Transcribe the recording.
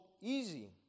easy